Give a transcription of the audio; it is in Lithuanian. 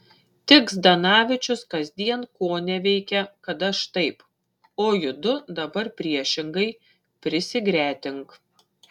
tik zdanavičius kasdien koneveikia kad aš taip o judu dabar priešingai prisigretink